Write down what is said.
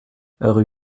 rue